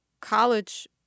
college